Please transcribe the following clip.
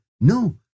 no